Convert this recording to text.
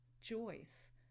Joyce